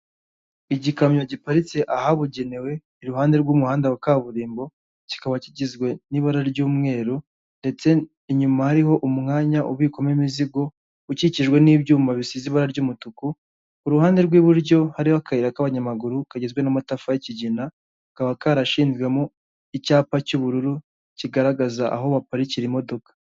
Igikamyo giparitse ahabugenewe iruhande rw'umuhanda wa kaburimbo, kikaba kigizwe n'ibara ry'umweru ndetse inyuma hariho umwanya ubikwamo imizigo, ukikijwe n'ibyuma bisize ibara ry'umutuku, ku ruhande rw'iburyo hariho akayira k'abanyamaguru, kagizwe n'amatafari y'ikigina kakaba karashinzwemo icyapa cy'ubururu kigaragaza aho baparikira imodoka.